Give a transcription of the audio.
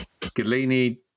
Galini